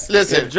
Listen